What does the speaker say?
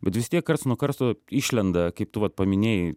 bet vis tiek karts nuo karto išlenda kaip tu vat paminėjai